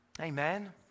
Amen